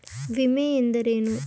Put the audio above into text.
ವಿಮೆ ಎಂದರೇನು?